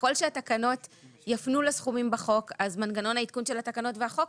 ככל שהתקנות יפנו לסכומים בחוק אז מנגנון העדכון של התקנות והחוק